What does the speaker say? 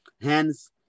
hence